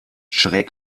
schräg